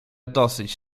dosyć